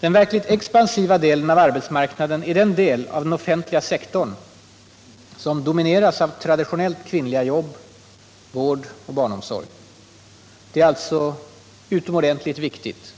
Den verkligt expansiva delen av arbetsmarknaden är den del av den offentliga sektorn som domineras av traditionellt kvinnliga jobb, vård och barnomsorg. Det är alltså utomordentligt viktigt